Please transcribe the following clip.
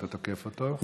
אתה תוקף אותו,